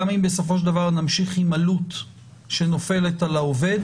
גם אם בסופו של דבר נמשיך עם עלות שנופלת על העובד.